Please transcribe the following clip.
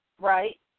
Right